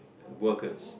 workers